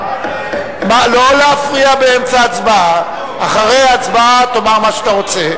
הצו השני